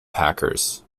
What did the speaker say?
packers